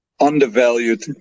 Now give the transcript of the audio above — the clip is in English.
undervalued